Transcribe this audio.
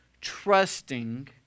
trusting